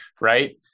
right